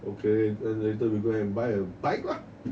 okay then later we go and buy a bike lah